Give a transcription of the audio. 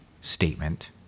statement